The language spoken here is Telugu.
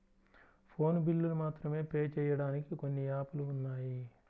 ఫోను బిల్లులు మాత్రమే పే చెయ్యడానికి కొన్ని యాపులు ఉన్నాయి